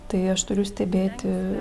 tai aš turiu stebėti